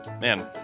man